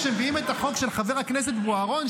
כשמביאים את החוק של חבר הכנסת בוארון,